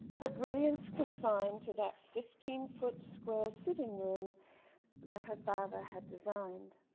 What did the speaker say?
her brilliance confined to that fifteen-foot square sitting room that her father had designed.